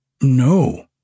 No